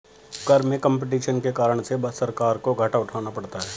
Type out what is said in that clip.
कर में कम्पटीशन के कारण से सरकार को घाटा उठाना पड़ता है